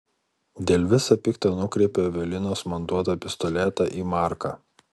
dėl visa pikta nukreipiu evelinos man duotą pistoletą į marką